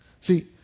See